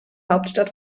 hauptstadt